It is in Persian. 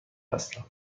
هستم